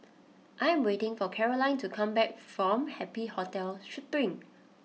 I am waiting for Caroline to come back from Happy Hotel Spring